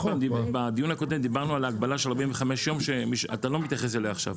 בדיון הקודם דיברנו על ההגבלה של 45 יום שאתה לא מתייחס אליה עכשיו,